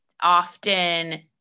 often